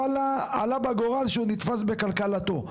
וואלה, עלה בגורל שהוא נתפס בקלקלתו.